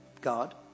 God